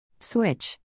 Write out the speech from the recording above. Switch